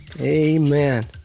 amen